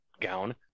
gown